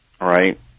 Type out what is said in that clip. right